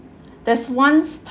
there's once